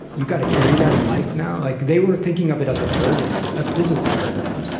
you've got to carry that in life now? like they were thinking of it as a burden, a physical burden,